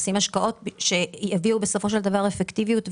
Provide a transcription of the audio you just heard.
עושים השקעות שיביאו בסופו של דבר אפקטיביות,